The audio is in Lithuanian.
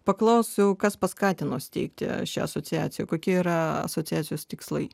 paklausiu kas paskatino steigti šią asociaciją kokie yra asociacijos tikslai